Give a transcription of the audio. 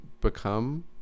become